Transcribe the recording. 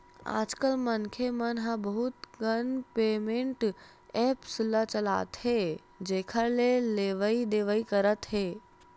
आजकल मनखे मन ह बहुत कन पेमेंट ऐप्स ल चलाथे जेखर ले लेवइ देवइ करत हे